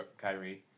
Kyrie